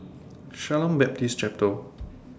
Shalom Baptist